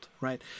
right